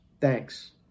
Thanks